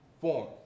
form